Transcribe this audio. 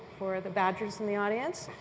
for the badgers in the audience